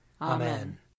Amen